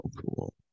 cool